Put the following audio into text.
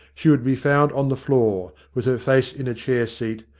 she would be found on the floor, with her face in a chair seat,